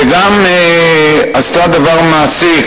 וגם עשתה דבר מעשי,